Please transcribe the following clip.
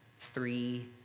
three